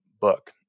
book